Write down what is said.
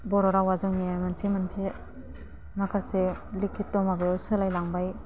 बर' रावा जोंनिया मोनसे मोनसे माखासे लिखिट' माबायाव सोलाइलांबाय